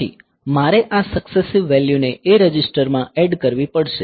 પછી મારે આ સક્સેસીવ વેલ્યૂને A રજિસ્ટરમાં એડ કરવી પડશે